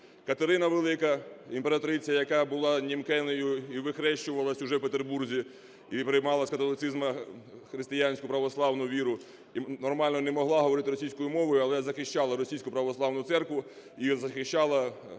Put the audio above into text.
Катерина Велика - імператриця, яка була німкенею і вихрещувалась уже в Петербурзі, і приймала з католицизму християнську православну віру, і нормально не могла говорити російською мовою, але захищала Російську православну церкву і захищала